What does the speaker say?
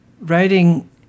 writing